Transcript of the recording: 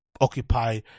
occupy